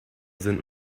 sind